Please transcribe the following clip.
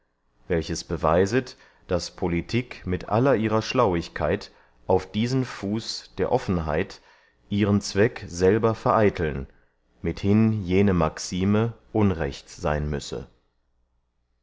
welches beweiset daß politik mit aller ihrer schlauigkeit auf diesen fuß der offenheit ihren zweck selber vereiteln mithin jene maxime unrecht seyn müsse